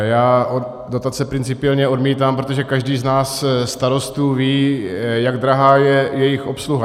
Já dotace principiálně odmítám, protože každý z nás starostů ví, jak drahá je jejich obsluha.